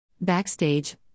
Backstage